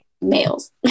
males